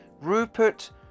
Rupert